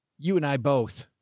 you and i both,